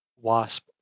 wasp